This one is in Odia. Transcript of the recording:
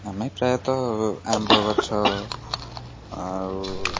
ଆମେ ପ୍ରାୟତଃ ଆମ୍ବ ଗଛ ଆଉ